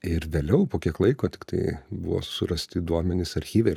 ir vėliau po kiek laiko tiktai buvo surasti duomenys archyve